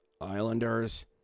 Islanders